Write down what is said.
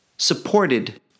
supported